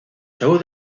show